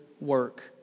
work